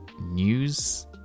news